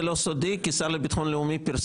זה לא סודי כי השר לביטחון לאומי פרסם את זה.